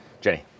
Jenny